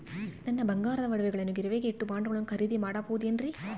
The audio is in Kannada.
ನನ್ನ ಬಂಗಾರದ ಒಡವೆಗಳನ್ನ ಗಿರಿವಿಗೆ ಇಟ್ಟು ಬಾಂಡುಗಳನ್ನ ಖರೇದಿ ಮಾಡಬಹುದೇನ್ರಿ?